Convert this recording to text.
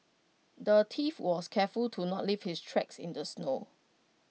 the thief was careful to not leave his tracks in the snow